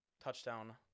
touchdown